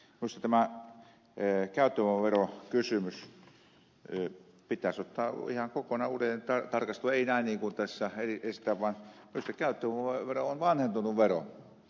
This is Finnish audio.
minusta tämä käyttövoimaverokysymys pitäisi ottaa ihan kokonaan uudelleen tarkasteluun ei näin kuin tässä esitetään vaan minusta käyttövoimavero on vanhentunut vero